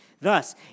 Thus